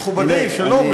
מכובדי, שלום.